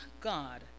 God